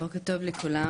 בוקר טוב לכולם.